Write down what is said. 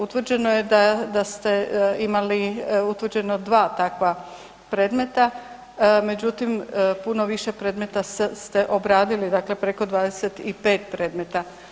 Utvrđeno je da ste imali utvrđeno 2 takva predmeta međutim, puno više predmeta ste obradili, dakle preko 25 predmeta.